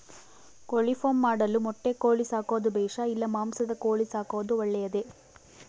ಕೋಳಿಫಾರ್ಮ್ ಮಾಡಲು ಮೊಟ್ಟೆ ಕೋಳಿ ಸಾಕೋದು ಬೇಷಾ ಇಲ್ಲ ಮಾಂಸದ ಕೋಳಿ ಸಾಕೋದು ಒಳ್ಳೆಯದೇ?